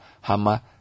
Hama